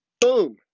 Boom